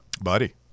buddy